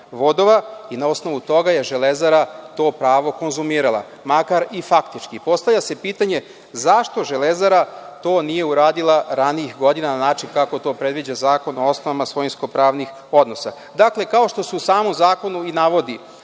i na osnovu toga je „Železara“ to pravo konzumirala makar i faktički. Postavlja se pitanje zašto „Železara“ to nije uradila ranijih godina na način kako to predviđa Zakon o osnovama svojinsko pravnih odnosa. Dakle, kao što se u samom zakonu i navodi